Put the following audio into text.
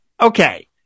Okay